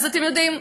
אז אתם יודעים,